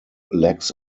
lacks